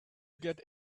get